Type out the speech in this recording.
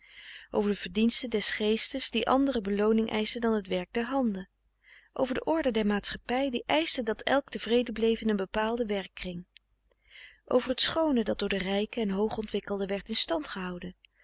over de verdiensten des geestes die andere belooning eischen dan het werk der handen over de orde der maatschappij die eischte dat elk tevreden bleef in een bepaalde werkkring over het schoone dat door de rijken en hoog ontwikkelden werd in stand gehouden